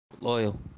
Loyal